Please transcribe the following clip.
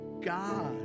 God